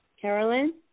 Carolyn